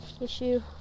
issue